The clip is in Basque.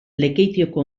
lekeitioko